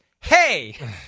Hey